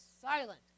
silent